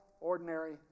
ordinary